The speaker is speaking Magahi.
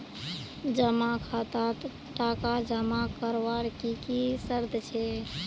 जमा खातात टका जमा करवार की की शर्त छे?